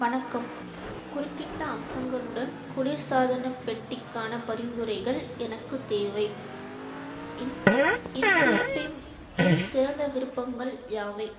வணக்கம் குறிப்பிட்ட அம்சங்களுடன் குளிர்சாதன பெட்டிக்கான பரிந்துரைகள் எனக்கு தேவை இன் இன்ஃப்ளிப்பீம் இல் சிறந்த விருப்பங்கள் யாவை